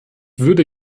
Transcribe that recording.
würde